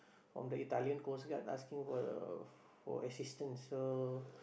from the Italian coast guard asking for for assistance so